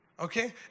Okay